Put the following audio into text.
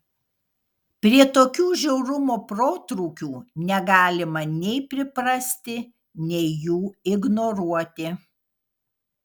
prie tokių žiaurumo protrūkių negalima nei priprasti nei jų ignoruoti